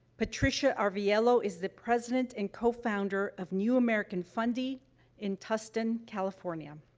patricia arvielo is the president and co-founder of new american funding in tustin, california.